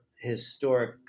historic